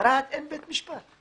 ברהט אין בית משפט.